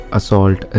Assault